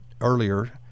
earlier